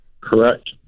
Correct